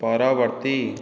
ପରବର୍ତ୍ତୀ